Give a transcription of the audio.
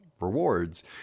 rewards